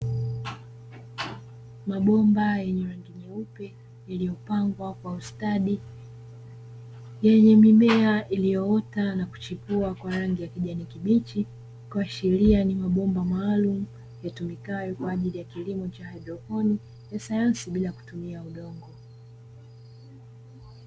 Mabomba yenye rangi nyeupe yaliyo pangwa kwa ustadi yenye mimea iliyoota na kuchipua kwa rangi ya kijani kibichi, kuashiria ni mabomba maalum yatumikayo kwa ajili ya kilimo cha haidroponi ya sayansi bila kutumia udongo.